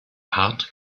hart